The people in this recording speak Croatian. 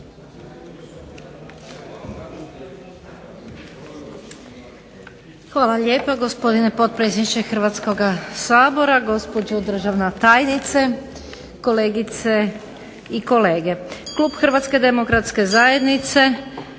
Hvala lijepa gospodine potpredsjedniče Hrvatskoga sabora, gospođo državna tajnice, kolegice i kolege. Klub Hrvatske demokratske zajednice